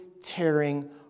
tearing